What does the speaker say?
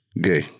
gay